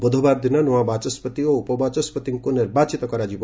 ବୁଧବାର ଦିନ ନୂଆ ବାଚସ୍କତି ଓ ଉପ ବାଚସ୍କତିଙ୍କୁ ନିର୍ବାଚିତ କରାଯିବ